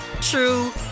true